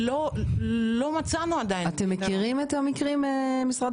לא מצאנו עדיין --- משרד